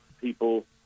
people